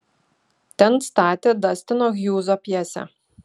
ten statė dastino hjūzo pjesę